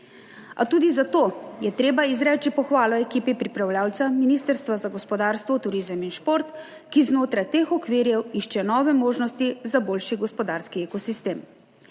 a tudi zato je treba izreči pohvalo ekipi pripravljavca, Ministrstva za gospodarstvo, turizem in šport, ki znotraj teh okvirjev išče nove možnosti za boljši gospodarski ekosistem.